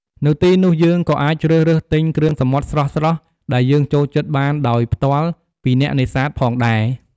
នៅទីនោះ យើងក៏អាចជ្រើសរើសទិញគ្រឿងសមុទ្រស្រស់ៗដែលយើងចូលចិត្តបានដោយផ្ទាល់ពីអ្នកនេសាទផងដែរ។